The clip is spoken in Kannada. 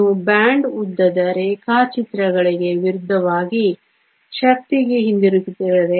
ನೀವು ಬಾಂಡ್ ಉದ್ದದ ರೇಖಾಚಿತ್ರಗಳಿಗೆ ವಿರುದ್ಧವಾಗಿ ಶಕ್ತಿಗೆ ಹಿಂತಿರುಗಿದರೆ